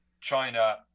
China